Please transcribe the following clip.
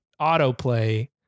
autoplay